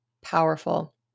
powerful